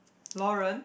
Lauren